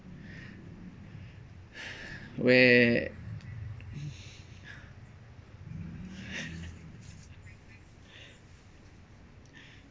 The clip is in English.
where